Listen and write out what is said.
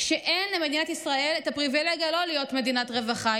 שאין למדינת ישראל את הפריבילגיה לא להיות מדינת רווחה.